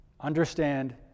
understand